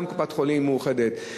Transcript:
גם קופת-חולים "מאוחדת",